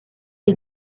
est